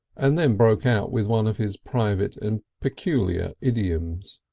and then broke out with one of his private and peculiar idioms.